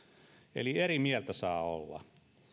eli eri mieltä saa olla